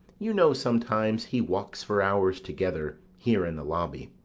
you know sometimes he walks for hours together here in the lobby.